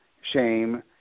shame